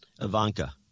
Ivanka